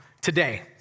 today